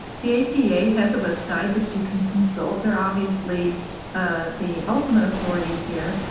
the apa has a website that you can consult. they're obviously ah the ultimate authority here.